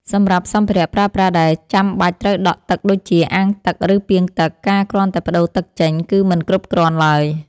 សម្រាប់សម្ភារៈប្រើប្រាស់ដែលចាំបាច់ត្រូវដក់ទឹកដូចជា អាងទឹក ឬពាងទឹក ការគ្រាន់តែប្តូរទឹកចេញគឺមិនគ្រប់គ្រាន់ឡើយ។